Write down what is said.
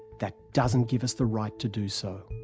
that doesn't give us the right to do so.